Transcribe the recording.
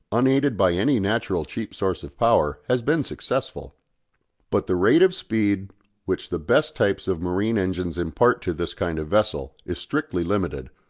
unaided by any natural cheap source of power, has been successful but the rate of speed which the best types of marine engines impart to this kind of vessel is strictly limited,